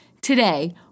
Today